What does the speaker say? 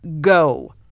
go